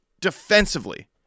Defensively